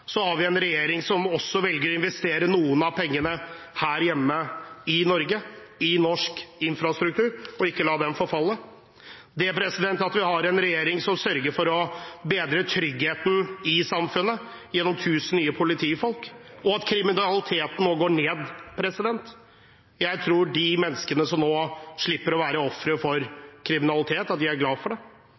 en regjering som også velger å investere noen av pengene her hjemme i Norge, i norsk infrastruktur, og ikke la den forfalle. Vi har en regjering som sørger for å bedre tryggheten i samfunnet gjennom tusen nye politifolk, og kriminaliteten går nå ned. Jeg tror de menneskene som nå slipper å være offer for kriminalitet, er glad for det, og at de som likevel blir utsatt for